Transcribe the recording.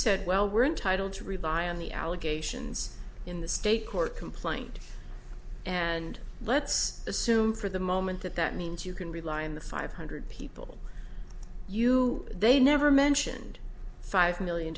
said well we're entitled to rely on the allegations in the state court complaint and let's assume for the moment that that means you can rely on the five hundred people you they never mentioned five million